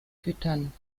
füttern